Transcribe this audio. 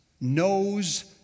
knows